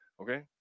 okay